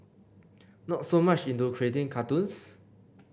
not so much into creating cartoons